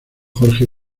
jorge